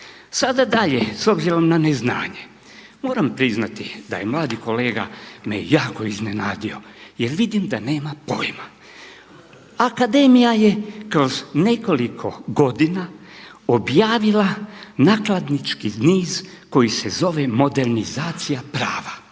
Sada dalje s obzirom na neznanje, moram priznati da je mladi kolega me jako iznenadio jer vidim da nema pojma. Akademija je kroz nekoliko godina objavila nakladnički niz koji se zove „Modernizacija prava“.